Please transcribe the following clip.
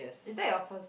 is that your first